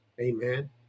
amen